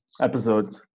episode